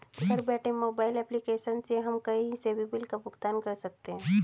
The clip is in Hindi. घर बैठे मोबाइल एप्लीकेशन से हम कही से भी बिल का भुगतान कर सकते है